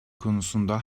konusunda